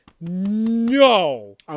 no